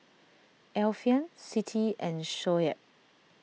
Alfian Siti and Shoaib